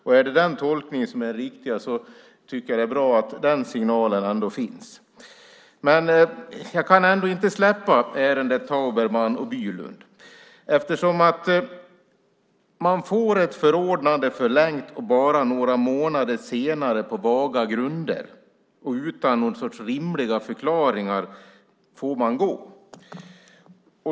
Är den tolkningen den riktiga tycker jag att det är bra att den signalen ändå finns. Jag kan ändå inte släppa ärendet Tauberman och Bylund. Man får ett förordnande förlängt, och bara några månader senare på vaga grunder och utan någon sorts rimliga förklaringar får man gå.